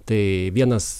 tai vienas